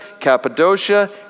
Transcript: Cappadocia